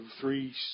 three